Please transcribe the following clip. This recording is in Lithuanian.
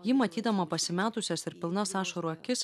ji matydama pasimetusias ir pilnas ašarų akis